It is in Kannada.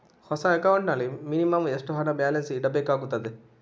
ಹೊಸ ಅಕೌಂಟ್ ನಲ್ಲಿ ಮಿನಿಮಂ ಎಷ್ಟು ಹಣ ಬ್ಯಾಲೆನ್ಸ್ ಇಡಬೇಕಾಗುತ್ತದೆ?